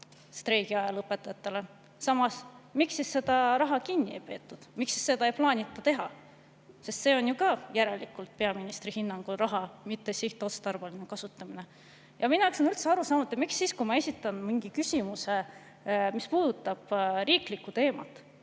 streigi ajal maksti õpetajatele palka. Samas, miks siis seda raha kinni ei peetud ja miks seda ei plaanita teha? See on ju ka peaministri hinnangul raha mittesihtotstarbeline kasutamine. Minu jaoks on üldse arusaamatu, miks siis, kui ma esitan mingi küsimuse, mis puudutab riiklikku teemat